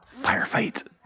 Firefight